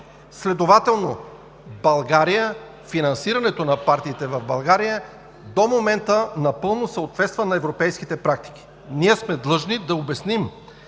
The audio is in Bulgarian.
Следователно финансирането на партиите в България до момента напълно съответства на европейските практики. Длъжни сме да обясним